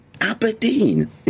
Aberdeen